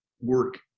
work